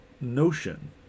notion